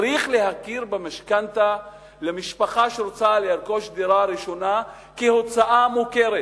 צריך להכיר במשכנתה למשפחה שרוצה לרכוש דירה ראשונה כהוצאה מוכרת.